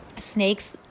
snakes